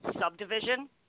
Subdivision